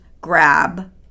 grab